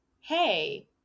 hey